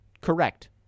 Correct